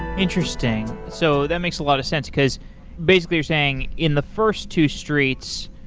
interesting. so that makes a lot of sense because basically you're saying in the first two streets,